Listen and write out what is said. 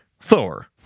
Thor